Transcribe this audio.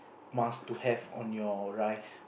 must to have on your rice